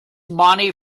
money